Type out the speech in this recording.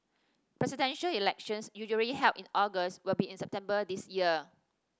Presidential Elections usually held in August will be in September this year